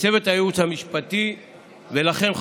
לצוות הייעוץ המשפטי ולכם,